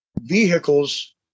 vehicles